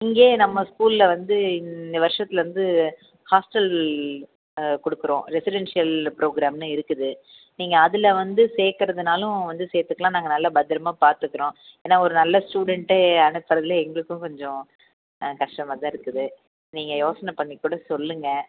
இங்கேயே நம்ம ஸ்கூலில் வந்து இந்த வருஷத்துல இருந்து ஹாஸ்டல் கொடுக்குறோம் ரெசிடென்ஷியல் ப்ரோக்ராம்ன்னு இருக்குது நீங்கள் அதில் வந்து சேர்க்குறதுனாலும் வந்து சேர்த்துக்கலாம் நாங்கள் நல்லா பத்திரமாக பார்த்துக்குறோம் ஏன்னா ஒரு நல்ல ஸ்டுடென்ட்டு அனுப்புறத்தில் எங்களுக்கும் கொஞ்சம் கஷ்டமாகதான் இருக்குது நீங்கள் யோசனை பண்ணி கூட சொல்லுங்கள்